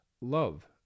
love